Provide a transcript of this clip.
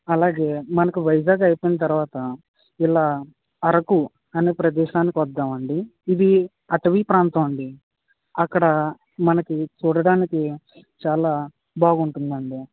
అలాగే మనకు వైజాగ్ అయిపోయిన తర్వాత ఇలా అరకు అనే ప్రదేశానికి వద్దాము అండి ఇది అటవీ ప్రాంతం అండి అక్కడ మనకి చూడటానికి చాలా బాగుంటుంది అండి